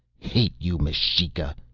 hate you, m'shika!